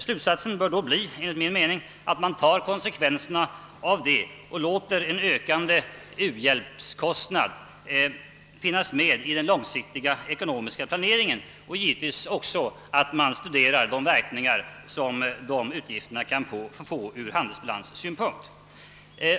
Slutsatsen bör då bli, enligt min mening, att man tar konsekvenserna därav och låter en ökande u-landshjälpskostnad finnas med i den långsiktiga ekonomiska planeringen och givetsvis också att man studerar de verk ningar som de utgifterna kan få ur handelsbalanssynpunkt.